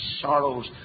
sorrows